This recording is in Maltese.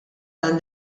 dan